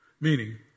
meaning